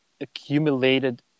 accumulated